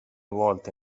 volta